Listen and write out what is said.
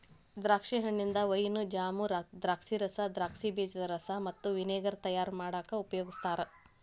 ದ್ರಾಕ್ಷಿ ಹಣ್ಣಿಂದ wine, jam, ದ್ರಾಕ್ಷಿರಸ, ದ್ರಾಕ್ಷಿ ಬೇಜದ ರಸ ಮತ್ತ ವಿನೆಗರ್ ತಯಾರ್ ಮಾಡಾಕ ಉಪಯೋಗಸ್ತಾರ